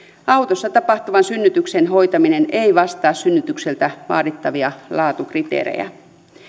autossa tapahtuvan synnytyksen hoitaminen ei vastaa synnytykseltä vaadittavia laatukriteerejä